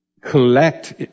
collect